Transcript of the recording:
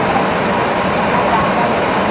दालि लाब्रा जागोन खोमा